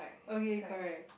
okay correct